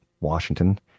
Washington